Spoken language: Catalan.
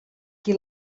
qui